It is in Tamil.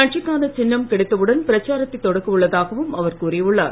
கட்சிக்கான சின்னம் கிடைத்தவுடன் பிரச்சாரத்தைத் தொடக்கவுள்ளதாகவும் அவர் கூறியுள்ளார்